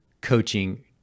coaching